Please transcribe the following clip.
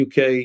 UK